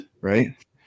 right